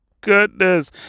goodness